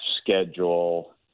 schedule